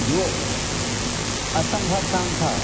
जो असंभव काम था